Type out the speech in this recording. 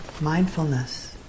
mindfulness